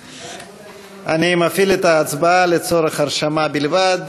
אני מפעיל את ההצבעה לצורך הרשמה בלבד.